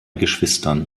geschwistern